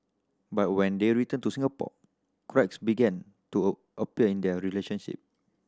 but when they returned to Singapore cracks began to a appear in their relationship